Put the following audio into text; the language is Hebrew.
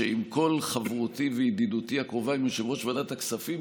שעם כל חברותי וידידותי הקרובה עם יושב-ראש ועדת הכספים,